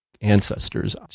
ancestors